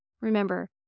Remember